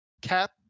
Cap